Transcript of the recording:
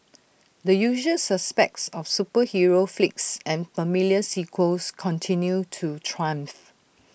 the usual suspects of superhero flicks and familiar sequels continued to triumph